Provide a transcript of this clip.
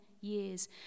years